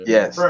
Yes